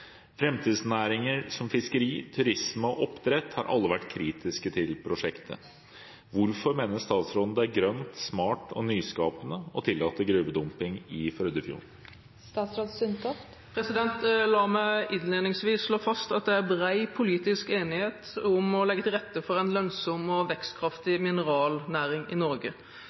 Framtidsnæringer som fiskeri, turisme og oppdrett har alle vært kritiske til prosjektet. Hvorfor mener statsråden det er grønt, smart og nyskapende å tillate gruvedumping i Førdefjorden?» La meg innledningsvis slå fast at det er bred politisk enighet om å legge til rette for en lønnsom og vekstkraftig